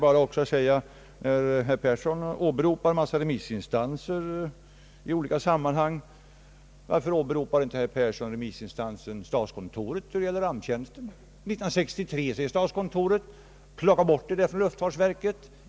Herr Persson åberopar ett flertal remissinstanser i olika sammanhang. Varför åberopar inte herr Persson också remissinstansen statskontoret när det gäller ramptjänsten? År 1963 sade statskontoret, att verksamheten borde utgå ur luftfartsverket.